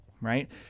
right